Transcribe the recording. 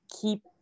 keep